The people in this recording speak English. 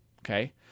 Okay